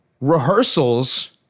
rehearsals